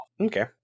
Okay